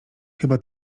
chyba